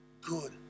good